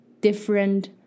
different